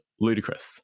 ludicrous